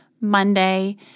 Monday